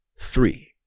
three